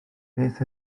beth